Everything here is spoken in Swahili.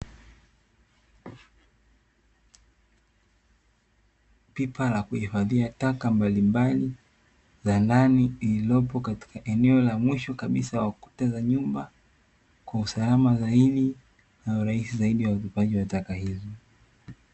Pipa la kuhifadhia taka mbalimbali za ndani lililopo katika eneo la mwisho kabisa wa ukuta za nyumba, kwa usalama zaidi na urahisi zaidi wa utupaji wa taka hizo.